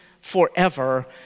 forever